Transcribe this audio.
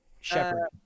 Shepard